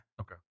Okay